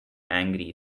angry